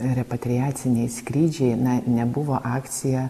repatriaciniai skrydžiai na nebuvo akcija